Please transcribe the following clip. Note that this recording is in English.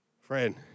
Friend